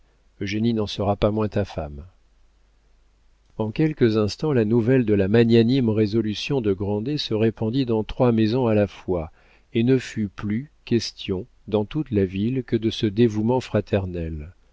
petit eugénie n'en sera pas moins ta femme en quelques instants la nouvelle de la magnanime résolution de grandet se répandit dans trois maisons à la fois et il ne fut plus question dans toute la ville que de ce dévouement fraternel